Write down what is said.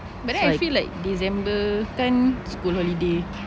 but then I feel like december kan school holiday